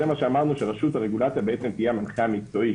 זה מה שאמרנו שרשות הרגולציה תהיה המנחה המקצועי.